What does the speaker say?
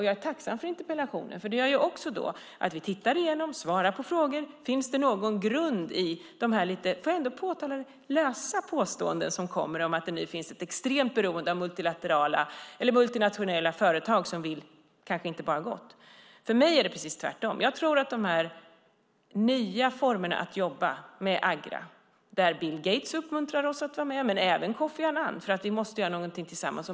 Jag är tacksam för interpellationen, för den gör att vi tittar igenom detta, svarar på frågor och ser om det finns någon grund i de lite - får jag ändå påtala det? - lösa påståenden som kommer om att det nu finns ett extremt beroende av multinationella företag som kanske inte bara vill gott. För mig är det precis tvärtom. I de nya formerna för arbete med Agra uppmuntrar Bill Gates och Kofi Annan oss att vara med, för vi måste göra någonting tillsammans.